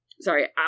sorry